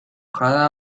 cada